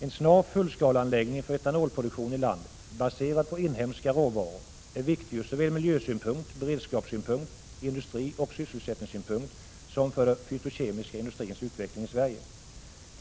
En snar fullskaleanläggning för etanolproduktion i landet, baserad på inhemska råvaror, är viktig ur såväl miljö-, beredskaps-, industrisom sysselsättningssynpunkt. Det är även viktigt för den fytokemiska industrins utveckling i Sverige.